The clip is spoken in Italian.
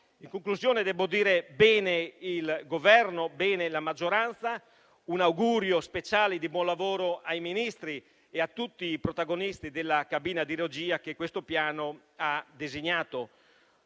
In conclusione, debbo dire: bene il Governo, bene la maggioranza, un augurio speciale di buon lavoro ai Ministri e a tutti i protagonisti della cabina di regia che questo Piano ha designato.